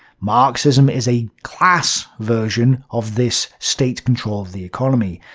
marxism is a class version of this state control of the economy.